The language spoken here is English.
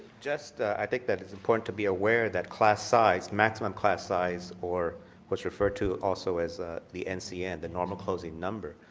just i think that it's important to be aware that class size, maximum class size or what's referred to also as the ncn, the normal closing number,